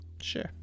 Sure